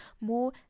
more